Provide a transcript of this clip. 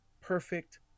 perfect